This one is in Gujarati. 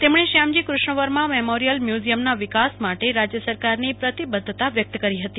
તેમણે શ્યામજી કૃષ્ણ વર્મા મેમોરિયલ મૂઝિયમના વિકાસ માટે રાજ્ય સરકારની પ્રતિબદ્ધતા વ્યકત કરી હતી